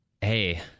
hey